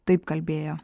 taip kalbėjo